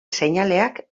seinaleak